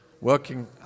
working